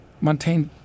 Montaigne